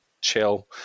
chill